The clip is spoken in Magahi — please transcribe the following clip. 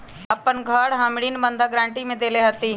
अपन घर हम ऋण बंधक गरान्टी में देले हती